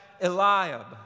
Eliab